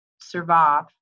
survive